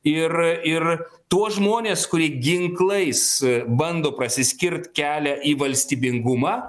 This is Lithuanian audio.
ir ir tuos žmones kurie ginklais bando prasiskirt kelią į valstybingumą